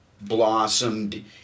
blossomed